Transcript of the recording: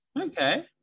Okay